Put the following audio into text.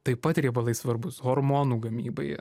taip pat riebalai svarbūs hormonų gamybai